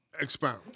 Expound